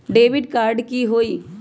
Debit card की होई?